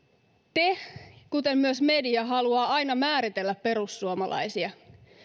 te kuten myös media haluatte aina määritellä perussuomalaisia